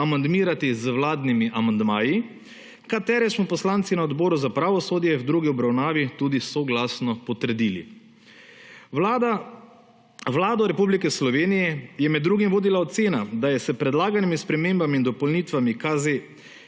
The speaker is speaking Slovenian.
amandmirati z vladnimi amandmaji, katere smo poslanci na Odboru za pravosodje v drugi obravnavi tudi soglasno potrdili. Vlado Republike Slovenije je med drugim vodila ocena, da je s predlaganimi spremembami in dopolnitvami